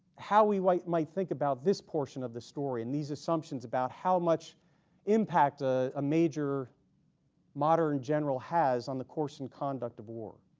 how we might think about this portion of the story and these assumptions about how much impact a major modern general has on the course and conduct of war.